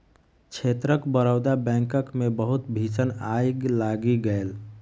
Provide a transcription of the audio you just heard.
क्षेत्रक बड़ौदा बैंकक मे बहुत भीषण आइग लागि गेल